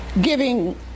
giving